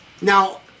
Now